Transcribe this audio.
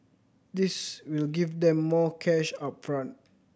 this will give them more cash up front